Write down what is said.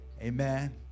Amen